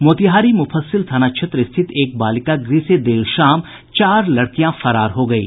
मोतिहारी मुफ्फसिल थाना क्षेत्र स्थित एक बालिका गृह से देर शाम चार लड़कियां फरार हो गयी